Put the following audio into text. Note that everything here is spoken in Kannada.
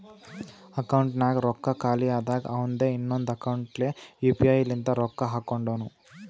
ಅಕೌಂಟ್ನಾಗ್ ರೊಕ್ಕಾ ಖಾಲಿ ಆದಾಗ ಅವಂದೆ ಇನ್ನೊಂದು ಅಕೌಂಟ್ಲೆ ಯು ಪಿ ಐ ಲಿಂತ ರೊಕ್ಕಾ ಹಾಕೊಂಡುನು